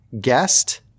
guest